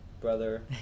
brother